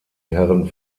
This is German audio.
herren